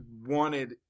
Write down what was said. wanted